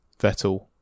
Vettel